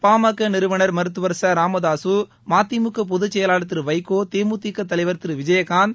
பாமக நிறுவனர் மருத்துவர் ச ராமதாக மதிமுக பொதுச்செயலாளர் திரு வைகோ தேமுதிக தலைவர் திரு விஜயகாந்த்